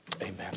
Amen